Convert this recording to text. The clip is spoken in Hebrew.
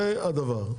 זה הדבר.